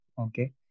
okay